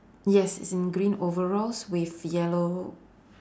yes he's in green overalls with yellow